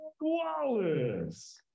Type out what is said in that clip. Wallace